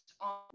on